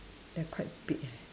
they are quite big eh